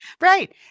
Right